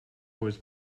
was